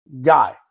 guy